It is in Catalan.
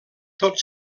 tot